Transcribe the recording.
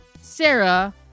Sarah